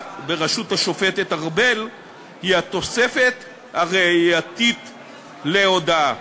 בראשות השופטת ארבל היא התוספת הראייתית להודאה.